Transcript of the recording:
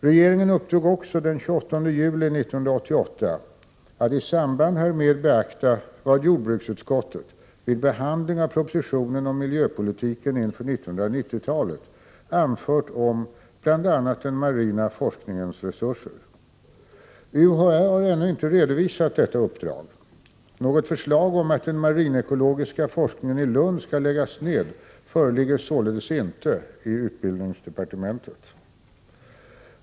Regeringen uppdrog också den 28 juli 1988 att i samband härmed beakta vad jordbruksutskottet vid behandling av propositionen om miljöpolitiken inför 1990-talet anfört om bl.a. den marina forskningens resurser. UHÄ har ännu inte redovisat detta uppdrag. Något förslag om att den marinekologiska forskningen i Lund skall läggas ned föreligger således inte i utbildningsdepartementet.